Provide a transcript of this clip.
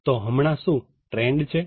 તો હમણાં શું ટ્રેન્ડ છે